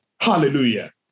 Hallelujah